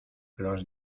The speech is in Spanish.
los